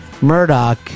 Murdoch